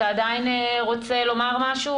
אתה עדיין רוצה לומר משהו?